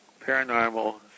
paranormal